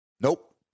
Nope